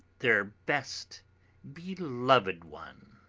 their best beloved one,